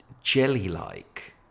jelly-like